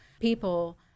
people